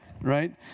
right